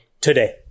today